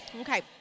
Okay